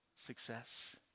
success